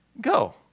go